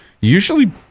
usually